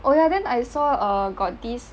oh ya then I saw err got this